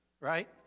right